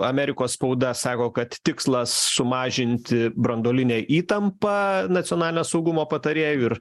amerikos spauda sako kad tikslas sumažinti branduolinę įtampą nacionalinio saugumo patarėjų ir